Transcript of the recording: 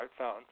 smartphone